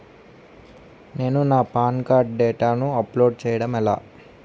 నేను నా PAN card డేటాను అప్లోడ్ చేయడం ఎలా?